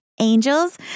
angels